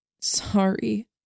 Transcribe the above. Sorry